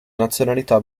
nazionalità